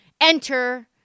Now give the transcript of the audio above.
Enter